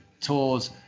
tours